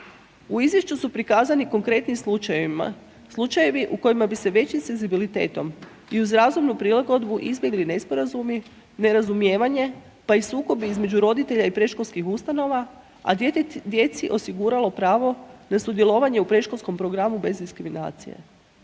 U izvješću su prikazani konkretnim slučajevima, slučajevi u kojima bi se većim senzibilitetom i uz razumnu prilagodbu izbjegli nesporazumi, nerazumijevanje, pa i sukobi između roditelja i predškolskih ustanova, a djecu osiguralo pravo na sudjelovanje u predškolskom programu bez diskriminacije.